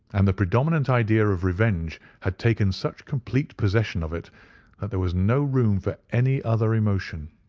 and the predominant idea of revenge had taken such complete possession of it that there was no room for any other emotion.